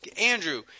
Andrew